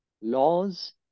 laws